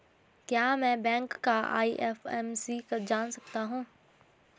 क्या मैं बैंक का आई.एफ.एम.सी जान सकता हूँ?